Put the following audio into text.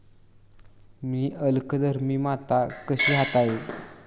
मी अल्कधर्मी माती कशी हाताळू?